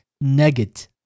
Nugget